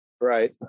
Right